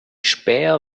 späher